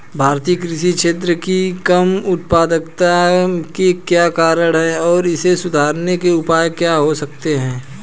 भारतीय कृषि क्षेत्र की कम उत्पादकता के क्या कारण हैं और इसे सुधारने के उपाय क्या हो सकते हैं?